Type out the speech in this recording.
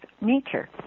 nature